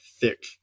thick